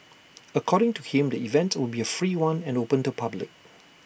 according to him the event will be A free one and open to public